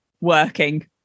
working